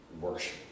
worship